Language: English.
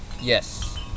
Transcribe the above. Yes